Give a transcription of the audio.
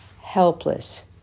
helpless